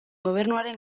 gobernuaren